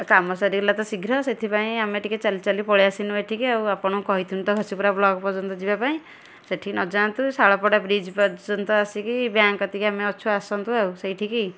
କାମ ସରିଗଲା ତ ଶୀଘ୍ର ସେଥିପାଇଁ ଆମେ ଟିକେ ଚାଲି ଚାଲି ପଳେଇ ଆସିନୁ ଏଠିକି ଆଉ ଆପଣଙ୍କୁ କହିଥିନୁ ତ ଘସିପୁରା ବ୍ଳକ୍ ପର୍ଯ୍ୟନ୍ତ ଯିବା ପାଇଁ ସେଠି ନ ଯାଆନ୍ତୁ ଶାଳପଡ଼ା ବ୍ରିଜ୍ ପର୍ଯ୍ୟନ୍ତ ଆସିକି ବ୍ୟାଙ୍କ୍ କତିକି ଆମେ ଅଛୁ ଆସନ୍ତୁ ଆଉ ସେଇଠି କି